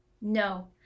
no